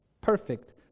perfect